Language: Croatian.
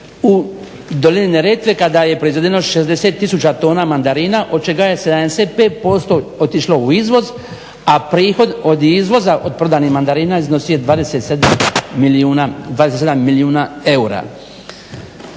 u dolini Neretve kada je proizvedeno 60 tisuća tona mandarina od čega je 75% otišlo u izvoz a prihod od izvoza od prodanih mandarina iznosio je 27 milijuna eura.